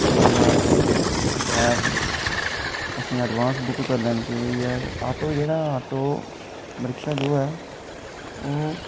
इस्सै गल्ला कैब असें गी एडवांस बुक करी लैनी चाहिदी ऐ ऑटो जेह्ड़ा ऑटो रिक्शा जो ऐ ओह्